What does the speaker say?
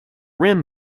rim